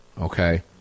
okay